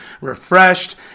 refreshed